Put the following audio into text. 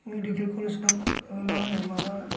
medical college दं मा होनो माबा